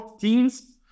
teams